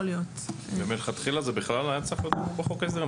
זה היה צריך להיות בחוק עזר מלכתחילה?